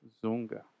Zunga